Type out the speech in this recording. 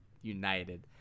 United